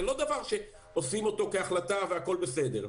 זה לא דבר שעושים אותו בהחלטה והכול בסדר.